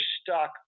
stuck